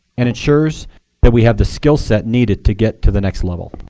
and ensures that we have the skill set needed to get to the next level.